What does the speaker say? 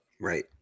Right